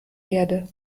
erde